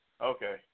Okay